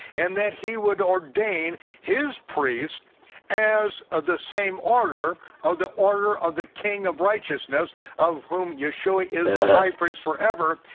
and that he would ordain his priests as the same order of the order of the king of righteousness of whom yeshua is the high priest forever.